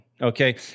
Okay